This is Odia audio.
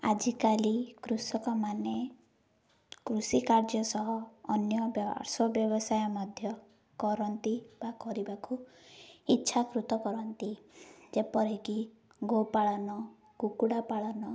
ଆଜିକାଲି କୃଷକମାନେ କୃଷି କାର୍ଯ୍ୟ ସହ ଅନ୍ୟ ବ୍ୟବସାୟ ମଧ୍ୟ କରନ୍ତି ବା କରିବାକୁ ଇଚ୍ଛାକୃତ କରନ୍ତି ଯେପରିକି ଗୋପାଳନ କୁକୁଡ଼ା ପାାଳନ